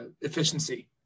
efficiency